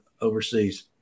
overseas